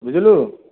ବୁଝିଲୁ